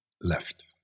left